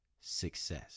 success